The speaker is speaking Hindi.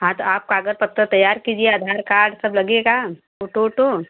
हाँ तो आप काग़ज़ पत्तर तैयार कीजिए अधार कार्ड सब लगेगा फ़ोटो ओटो